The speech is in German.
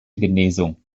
genesung